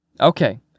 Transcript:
Okay